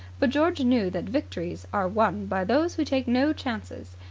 but george knew that victories are won by those who take no chances.